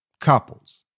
couples